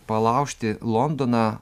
palaužti londoną